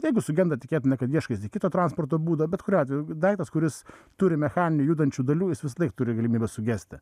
jeigu sugenda tikėtina kad ieškaisi kito transporto būdo bet kuriuo atveju daiktas kuris turi mechaninių judančių dalių jis visąlaik turi galimybę sugesti